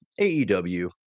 AEW